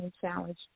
challenge